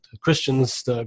Christians